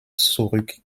zurück